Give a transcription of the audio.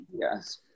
Yes